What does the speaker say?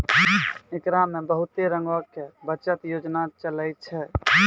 एकरा मे बहुते रंगो के बचत योजना चलै छै